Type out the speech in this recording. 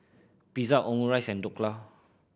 Pizza Omurice and Dhokla